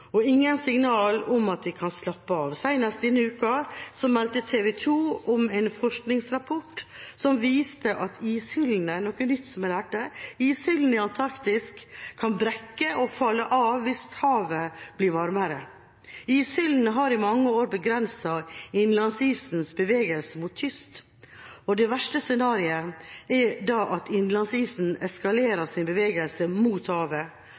og ingen signaler om at vi kan slappe av. Senest denne uka meldte TV 2 om en forskningsrapport som viste at ishyllene – noe nytt som jeg lærte – i Antarktis kan brekke og falle av hvis havet blir varmere. Ishyllene har i mange år begrenset innlandsisens bevegelse mot kyst. Det verste scenarioet er at innlandsisen eskalerer sin bevegelse mot havet.